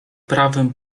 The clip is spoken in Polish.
prawym